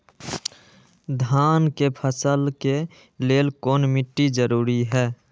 धान के फसल के लेल कौन मिट्टी जरूरी है?